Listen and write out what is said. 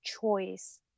choice